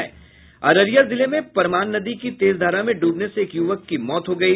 अररिया जिले में परमान नदी की तेज धारा में डूबने से एक युवक की मौत हो गयी